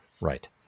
right